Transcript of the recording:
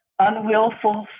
unwillful